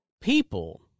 People